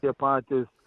tie patys